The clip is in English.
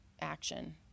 action